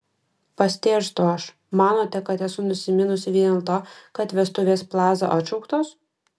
pastėrstu aš manote kad esu nusiminusi vien dėl to kad vestuvės plaza atšauktos